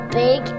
big